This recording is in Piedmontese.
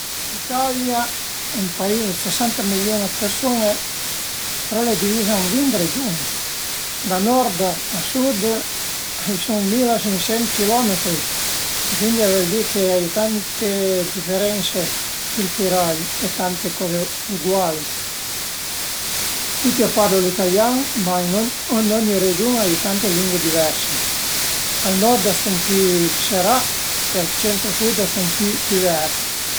A fin d'la zmana a volte al e pa che preferisu fe le coze strane, preferisu fe le coze che magari l'ai pa pudü fe ën la zman-a. Se ad ezempi ën la zman-a a piövìa e l'avìu da manca dë bosch, arivava ël saba o anche la düminica dop mezdì andazìu ënt ël bosch a ramasé bosch. D'solit a la düminica matin ënvece vadu ën cieza al culto valdeis